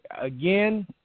Again